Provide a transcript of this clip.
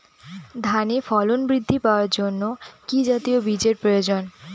ধানে ফলন বৃদ্ধি পাওয়ার জন্য কি জাতীয় বীজের প্রয়োজন?